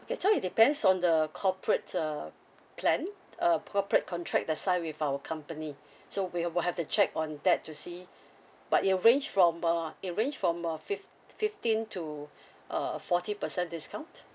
okay so it depends on the corporate uh plan uh corporate contract that's signed with our company so we will have to check on that to see but it will range from uh it range from uh fif~ fifteen to uh forty percent discount